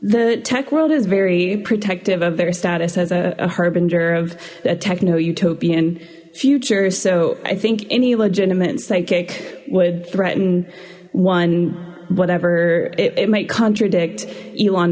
the tech world is very protective of their status as a harbinger of a techno utopian future so i think any legitimate psychic would threaten one whatever it might contradict